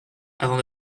avant